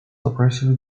oppressive